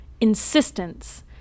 insistence